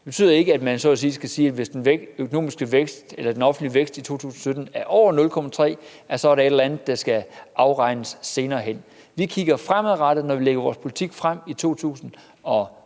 Det betyder ikke, at man så at sige skal sige, at hvis den offentlige vækst i 2017 bliver over 0,3 pct., er der et eller andet, der skal afregnes senere hen. Vi kigger fremad, når vi i 2017 fremlægger vores politik frem mod 2025.